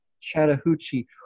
Chattahoochee